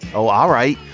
oh all right.